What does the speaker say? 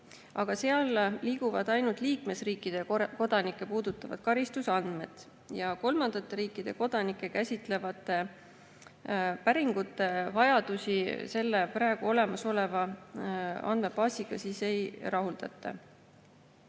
aga seal liiguvad ainult liikmesriikide kodanikke puudutavad karistusandmed ja kolmandate riikide kodanikke käsitlevate päringute vajadusi olemasoleva andmebaasiga ei rahuldata.